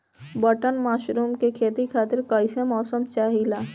Button mushroom के खेती खातिर कईसे मौसम चाहिला?